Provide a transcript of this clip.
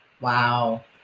Wow